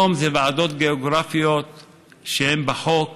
היום אלה ועדות גיאוגרפיות שהן בחוק,